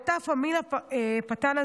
לאותה פרמילה פאטן,